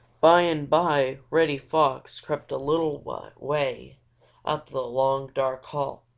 by and by reddy fox crept a little way up the long, dark hall.